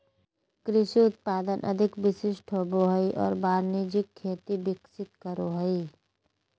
कृषि उत्पादन अधिक विशिष्ट होबो हइ और वाणिज्यिक खेती विकसित करो हइ